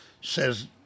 says